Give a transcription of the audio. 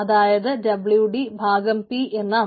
അതായത് WD p എന്നതാണ്